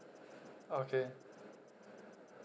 okay